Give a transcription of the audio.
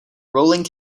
rolling